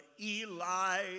Eli